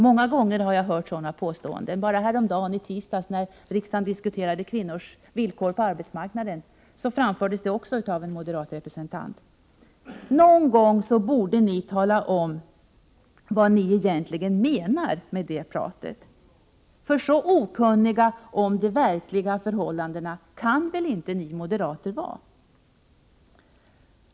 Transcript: Sådana påståenden har jag för övrigt hört från moderat håll många gånger. Senast i tisdags framfördes samma sak av en moderat representant när vi här i riksdagen diskuterade kvinnors villkor på arbetsmarknaden. Någon gång borde ni tala om vad ni egentligen menar med detta prat. Så okunniga om de verkliga förhållandena som ni verkar med tanke på dessa påståenden kan väl inte ni moderater vara?